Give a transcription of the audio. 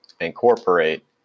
incorporate